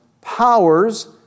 powers